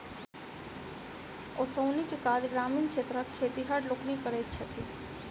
ओसौनीक काज ग्रामीण क्षेत्रक खेतिहर लोकनि करैत छथि